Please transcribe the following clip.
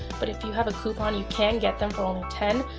but if you have a coupon, you can get them for only ten